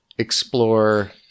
Explore